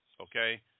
Okay